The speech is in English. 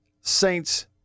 Saints